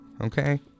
okay